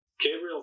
Gabriel